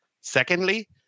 Secondly